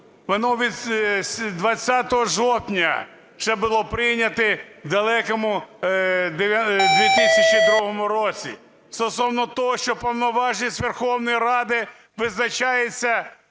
воно від 20 жовтня, ще було прийняте в далекому 2002 році, стосовно того, що повноваження Верховної Ради визначається…